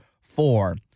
four